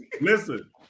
listen